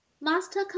Master